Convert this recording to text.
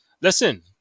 Listen